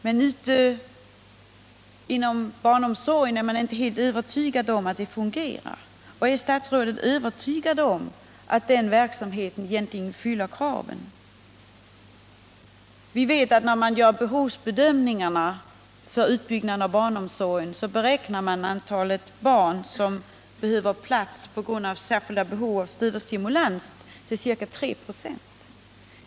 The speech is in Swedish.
Men ute på fältet inom barnomsorgen är man inte helt övertygad om att bestämmelserna fungerar. Är statsrådet övertygad om att den verksamheten verkligen fyller kraven? Vi vet att vid behovsbedömningar för utbyggnaden av barnomsorgen beräknas det antal barn som behöver plats på grund av särskilda behov av stöd och stimulans vara ca 3 26.